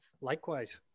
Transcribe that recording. Likewise